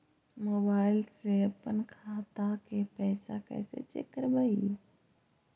Mobile से अपन खाता के पैसा कैसे चेक करबई?